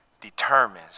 determines